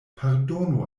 pardonu